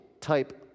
type